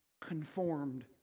conformed